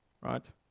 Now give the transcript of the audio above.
right